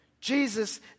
Jesus